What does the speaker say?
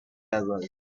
desert